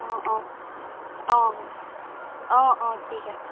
অ অ অ অ অ ঠিক আছে